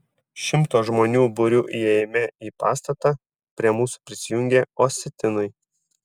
šimto žmonių būriu įėjime į pastatą prie mūsų prisijungė osetinai